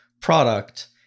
product